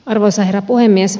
arvoisa herra puhemies